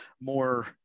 more